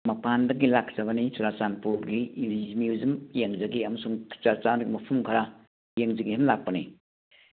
ꯃꯄꯥꯟꯗꯒꯤ ꯂꯥꯛꯆꯕꯅꯤ ꯆꯨꯔꯥꯆꯥꯟꯄꯨꯔꯒꯤ ꯃꯤꯌꯨꯖꯤꯌꯝ ꯌꯦꯡꯖꯒꯦ ꯑꯃꯁꯨꯡ ꯆꯨꯔꯥꯆꯥꯟꯄꯨꯔꯒꯤ ꯃꯐꯝ ꯈꯔ ꯌꯦꯡꯖꯒꯦꯅ ꯂꯥꯛꯄꯅꯤ